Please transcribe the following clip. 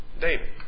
David